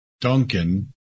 Duncan